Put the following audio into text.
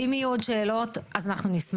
אם יהיו עוד שאלות, אנחנו נשמח.